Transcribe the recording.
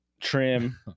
trim